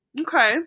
Okay